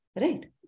right